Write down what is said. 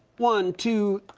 one, two,